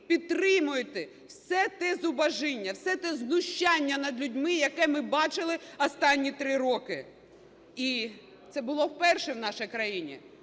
підтримуєте все те зубожіння, все те знущання над людьми, яке ми бачили останні 3 роки. І це було вперше в нашій країні,